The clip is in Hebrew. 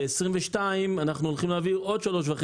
ב-2022 אנחנו הולכים להעביר עוד 3.5